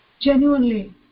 genuinely